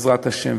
בעזרת השם,